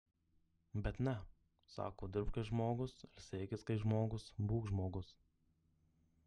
bet ne sako dirbk kaip žmogus ilsėkis kaip žmogus būk žmogus